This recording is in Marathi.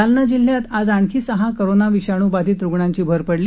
जालना जिल्ह्यात आज आणखी सहा कोरोना विषाणू बाधित रुग्णांची भर पडली